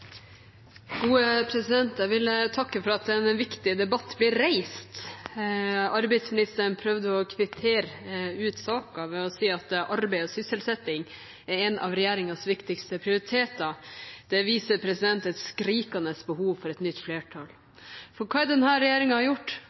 Jeg vil takke for at en viktig debatt blir reist. Arbeidsministeren prøvde å kvittere ut saken ved å si at arbeid og sysselsetting er en av regjeringens viktigste prioriteter. Det viser et skrikende behov for et nytt flertall. For hva er det denne regjeringen har gjort?